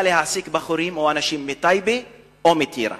להעסיק בחורים או אנשים מטייבה או מטירה